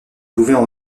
pouvaient